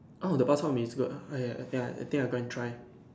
oh the bak-chor-mee its good ah ya that day I that day I go and try